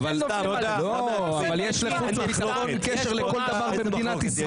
ואתם --- לחוץ וביטחון יש קשר לכל דבר במדינת ישראל.